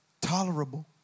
tolerable